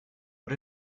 but